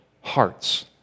hearts